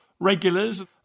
regulars